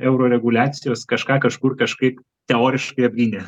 euroreguliacijos kažką kažkur kažkaip teoriškai apgynė